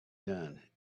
done